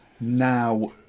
now